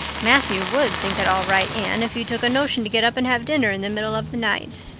matthew would think it all right, anne, if you took a notion to get up and have dinner in the middle of the night.